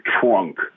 trunk